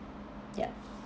yup